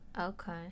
okay